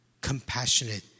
compassionate